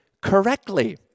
correctly